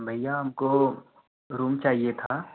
भैया हमको रूम चाहिए था